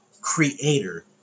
creator